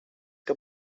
que